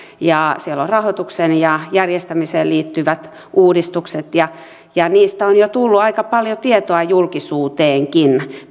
ja siellä on rahoitukseen ja järjestämiseen liittyvät uudistukset ja ja niistä on jo tullut aika paljon tietoa julkisuuteenkin